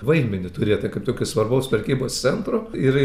vaidmenį turėtą kaip tokio svarbaus prekybos centro ir